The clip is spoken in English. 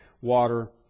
water